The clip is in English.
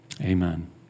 Amen